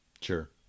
sure